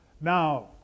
Now